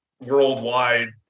worldwide